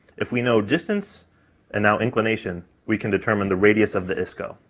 if we know distance and now inclination, we can determine the radius of the isco.